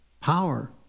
power